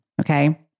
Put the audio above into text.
Okay